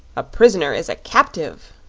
a prisoner is a captive,